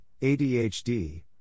ADHD